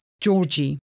Georgie